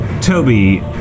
Toby